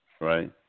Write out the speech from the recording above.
Right